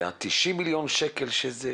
וה-90 מיליון שקל שזה